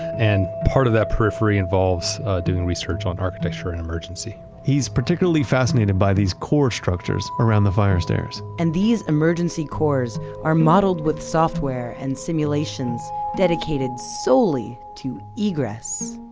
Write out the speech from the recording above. and part of that periphery involves doing research on architecture in emergency he's particularly fascinated by these core structures structures around the fire stairs and these emergency cores are modeled with software and simulations dedicated solely to egress.